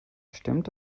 stimmt